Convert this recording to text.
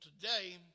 today